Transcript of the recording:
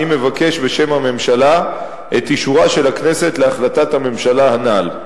אני מבקש בשם הממשלה את אישורה של הכנסת להחלטת הממשלה הנ"ל.